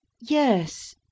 Yes